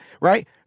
right